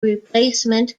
replacement